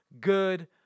good